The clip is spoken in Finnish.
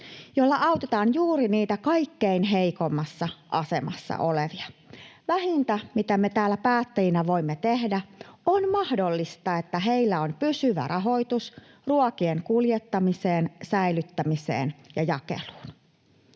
jolla autetaan kaikkein heikoimmassa asemassa olevia. Vähintä, mitä me täällä päättäjinä voimme tehdä, on mahdollistaa, että heillä on pysyvä rahoitus ruokien kuljettamiseen, säilyttämiseen ja jakeluun.